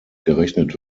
gerechnet